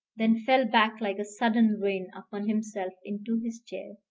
then fell back like a sudden ruin, upon himself, into his chair.